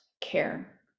care